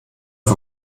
für